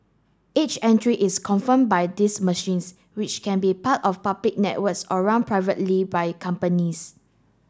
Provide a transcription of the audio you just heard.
each entry is confirmed by these machines which can be part of public networks or run privately by companies